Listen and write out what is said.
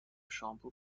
شامپو